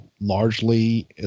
largely